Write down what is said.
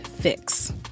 fix